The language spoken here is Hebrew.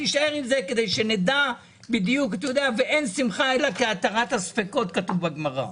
תישאר עם זה כדי שנדע בדיוק ואין שמחה אלא כהתרת הספקות כתוב בגמרא.